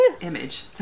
image